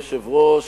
אדוני היושב-ראש,